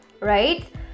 right